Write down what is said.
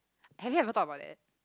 have you ever thought about that